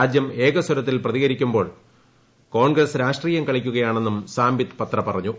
രാജ്യം ഏകസ്വരത്തിൽ പ്രതികരിക്കുമ്പോൾ കോൺഗ്രസ് രാഷ്ട്രീയം കളിക്കുയാണെന്നും സാംബിത് പത്ര പറഞ്ഞു